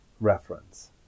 reference